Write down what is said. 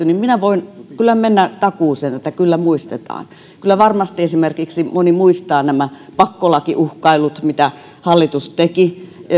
niin minä voin kyllä mennä takuuseen että kyllä muistetaan kyllä varmasti moni muistaa esimerkiksi nämä pakkolakiuhkailut mitä hallitus teki